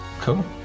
Cool